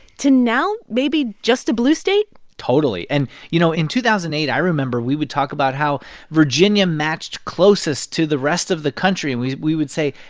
to now maybe just a blue state totally. and, you know, in two thousand and eight, i remember we would talk about how virginia matched closest to the rest of the country. and we we would say,